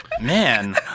Man